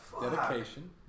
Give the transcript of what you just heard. Dedication